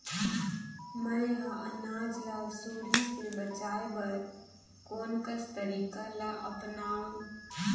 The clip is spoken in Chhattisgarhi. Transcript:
मैं ह अनाज ला सुरही से बचाये बर कोन कस तरीका ला अपनाव?